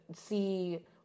see